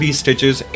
stitches